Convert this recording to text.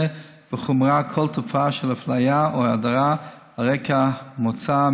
בחומרה כל תופעה של אפליה או הדרה על רקע מוצא,